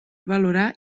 valorar